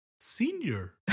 senior